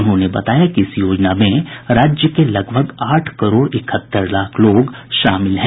उन्होंने बताया कि इस योजना में राज्य के लगभग आठ करोड़ इकहत्तर लाख लोग शामिल हैं